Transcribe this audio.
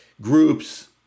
groups